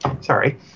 Sorry